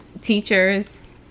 teachers